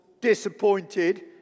disappointed